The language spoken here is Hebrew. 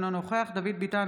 אינו נוכח דוד ביטן,